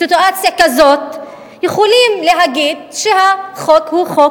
בסיטואציה כזאת יכולים להגיד שהחוק הוא חוק